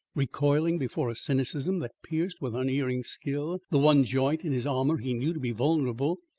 recoiling before a cynicism that pierced with unerring skill the one joint in his armour he knew to be vulnerable,